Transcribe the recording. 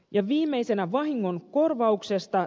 viimeisenä vahingonkorvauksesta